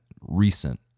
recent